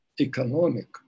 economic